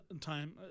time